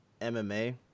MMA